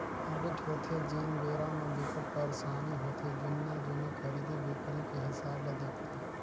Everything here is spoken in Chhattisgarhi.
आडिट होथे तेन बेरा म बिकट परसानी होथे जुन्ना जुन्ना खरीदी बिक्री के हिसाब ल देखथे